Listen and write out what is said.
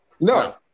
No